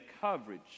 coverage